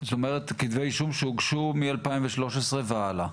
זאת אומרת, כתבי אישום שהוגשו מ-2013 והלאה.